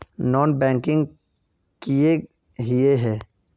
Non banking किए हिये है?